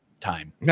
time